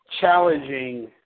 challenging